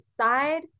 side